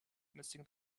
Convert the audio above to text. missing